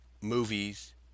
Movies